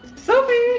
sophie!